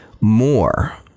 more